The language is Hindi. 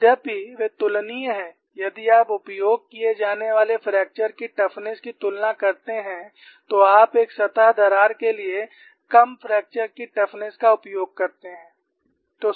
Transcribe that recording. यद्यपि वे तुलनीय हैं यदि आप उपयोग किए जाने वाले फ्रैक्चर की टफनेस की तुलना करते हैं तो आप एक सतह दरार के लिए कम फ्रैक्चर की टफनेस का उपयोग करते हैं